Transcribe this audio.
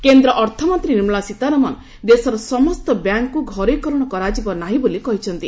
bank ଘରୋଇକରଣ କେନ୍ଦ୍ର ଅର୍ଥମନ୍ତ୍ରୀ ନିର୍ମଳା ସୀତାରମଣ ଦେଶର ସମସ୍ତ ବ୍ୟାଙ୍କକୁ ଘରୋଇକରଣ କରାଯିବ ନାହିଁ ବୋଲି କହିଛନ୍ତି